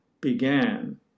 began